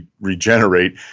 regenerate